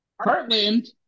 Heartland